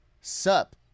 sup